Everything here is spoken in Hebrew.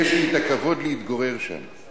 יש לי הכבוד להתגורר שם.